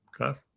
Okay